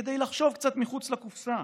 כדי לחשוב קצת מחוץ לקופסה,